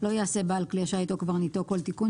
לא יעשה בעל כלי השיט או קברניטו כל תיקון,